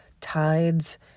tides